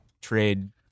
trade